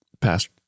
past